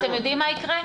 אתם יודעים מה יקרה?